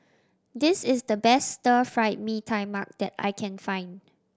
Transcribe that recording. this is the best Stir Fried Mee Tai Mak that I can find